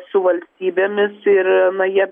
su valstybėmis ir na jie